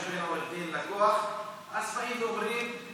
ואני מבקש לציין גם לפרוטוקול שבמסגרת הצעת החוק המקורית,